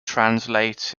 translate